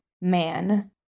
man